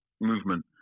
movement